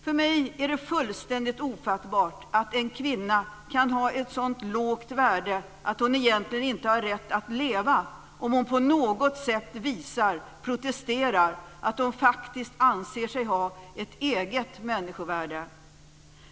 För mig är det fullständigt ofattbart att en kvinna kan ha ett så lågt värde att hon egentligen inte har rätt att leva, om hon på något sätt visar att hon faktiskt anser sig ha ett eget människovärde.